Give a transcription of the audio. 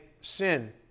sin